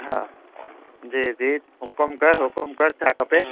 हा जय दीद हुक़ुम कर हुक़ुम कर छा खपे